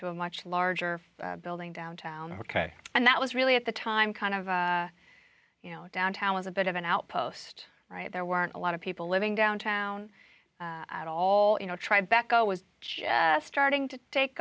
to a much larger building downtown ok and that was really at the time kind of you know downtown was a bit of an outpost right there weren't a lot of people living downtown at all you know tribe echo was starting to take